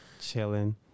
chilling